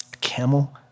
Camel